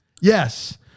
Yes